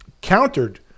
countered